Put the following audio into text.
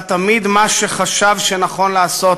הוא עשה תמיד מה שחשב שנכון לעשות